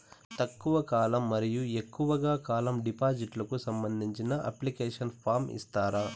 తక్కువ కాలం మరియు ఎక్కువగా కాలం డిపాజిట్లు కు సంబంధించిన అప్లికేషన్ ఫార్మ్ ఇస్తారా?